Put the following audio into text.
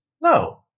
no